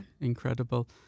incredible